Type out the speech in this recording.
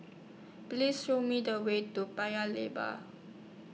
Please Show Me The Way to Paya Lebar